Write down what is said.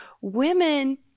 women